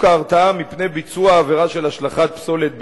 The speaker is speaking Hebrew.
ההרתעה מפני ביצוע עבירה של השלכת פסולת בניין,